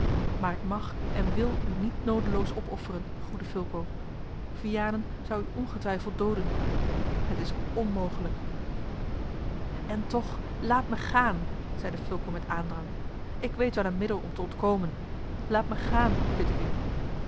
maar ik mag en wil u niet noodeloos opofferen goede fulco vianen zou u ongetwijfeld dooden het is onmogelijk en toch laat mij gaan zeide fulco met aandrang ik weet wel een middel om te ontkomen laat mij gaan bid ik u